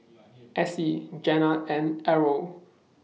Essie Jenna and Errol